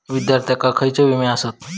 विद्यार्थ्यांका खयले विमे आसत?